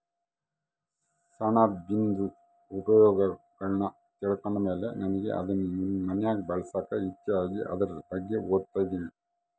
ಸೆಣಬಿಂದು ಉಪಯೋಗಗುಳ್ನ ತಿಳ್ಕಂಡ್ ಮೇಲೆ ನನಿಗೆ ಅದುನ್ ಮನ್ಯಾಗ್ ಬೆಳ್ಸಾಕ ಇಚ್ಚೆ ಆಗಿ ಅದುರ್ ಬಗ್ಗೆ ಓದ್ತದಿನಿ